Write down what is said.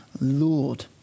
Lord